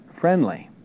friendly